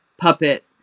puppet